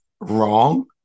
wrong